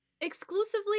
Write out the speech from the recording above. exclusively